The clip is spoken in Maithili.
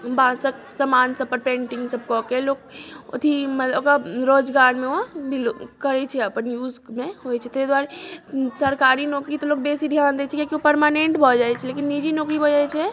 बाँसक समान सबपर पेन्टिंग सब कऽ के लोक अथी ओकरा रोजगार मे ओ करै छै अपन यूज मे होइ छै ताहि दुआरे सरकारी नौकरी तऽ लोक बेसी ध्यान दै छै किएकि ओ परमानेन्ट भऽ जाइ छै लेकिन निजी नौकरी भऽ जाइ छै